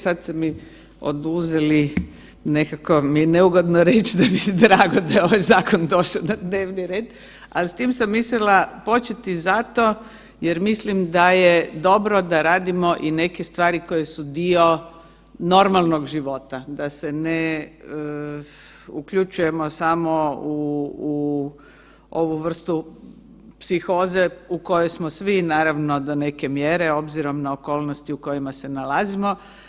Sada ste mi oduzeli nekako mi je neugodno reći da mi je drago da je ovaj zakon došao na dnevni red, ali s tim sam mislila početi zato jer mislim da je dobro da radimo i neke stvari koje su dio normalnog života, da se ne uključujemo samo u ovu vrstu psihoze u kojoj smo svi naravno do neke mjere obzirom na okolnosti u kojima se nalazimo.